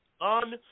on